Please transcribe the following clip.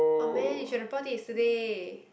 oh man you should have bought it yesterday